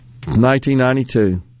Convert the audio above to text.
1992